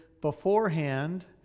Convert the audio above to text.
beforehand